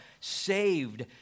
saved